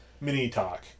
mini-talk